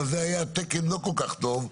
אבל זה היה תקן לא כל כך טוב,